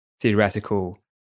theoretical